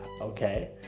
okay